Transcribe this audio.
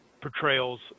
portrayals